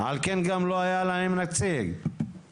על כן גם לא היה להם נציג למשרד?